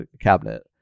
cabinet